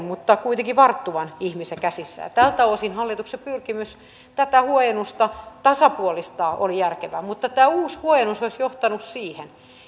mutta kuitenkin varttuvan ihmisen käsissä tältä osin hallituksen pyrkimys tätä huojennusta tasapuolistaa oli järkevä mutta tämä uusi huojennus olisi johtanut siihen